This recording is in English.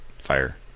fire